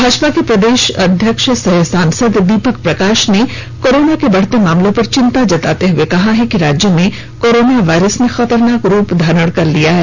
भाजपा के प्रदेश अध्यक्ष सह सांसद दीपक प्रकाश ने कोरोना के बढ़ते मामलों पर चिंता जताते हुए कहा कि राज्य में कोरोना वायरस ने खतरनाक रूप धारण कर लिया है